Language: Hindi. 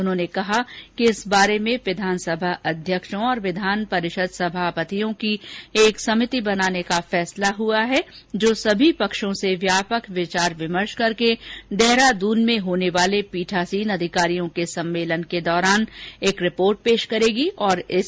उन्होंने कहा कि इस बारे में विधानसभा अध्यक्षों और विधानपरिषद सभापितयों की एक समिति बनाने का फैसला हुआ है जो सभी पक्षों से व्यापक विचार विमर्श करके देहरादून में होने वाले पीठासीन अधिकारियों के सम्मेलन के दौरान एक रिपोर्ट पेश करेंगी और इस बारे में अंतिम फैसला लिया जाएगा